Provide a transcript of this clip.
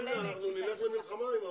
אנחנו נלך למלחמה עם האוצר,